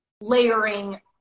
layering